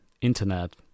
Internet